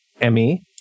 Emmy